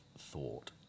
Thought